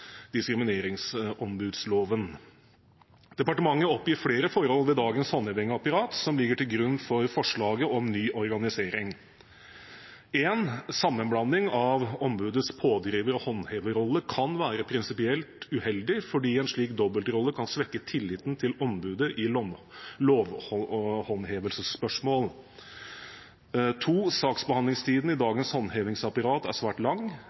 diskrimineringsombudsloven. Departementet oppgir flere forhold ved dagens håndhevingsapparat som ligger til grunn for forslaget om ny organisering: Sammenblanding av ombudets pådriverrolle og håndheverrolle kan være prinsipielt uheldig fordi en slik dobbeltrolle kan svekke tilliten til ombudet i lovhåndhevelsesspørsmålene. Saksbehandlingstiden i dagens håndhevingsapparat er svært lang.